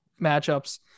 matchups